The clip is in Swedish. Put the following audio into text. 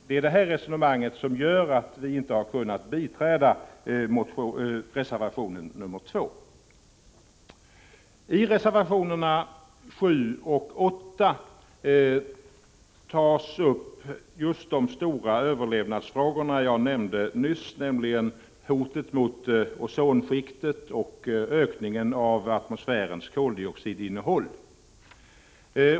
Det är det här resonemanget som gör att vi inte har kunnat biträda reservation 2. I reservationerna 7 och 8 behandlas just de stora överlevnadsfrågor som jag nyss nämnde, nämligen hotet mot ozonskiktet och ökningen av atmosfärens koldioxidinnehåll.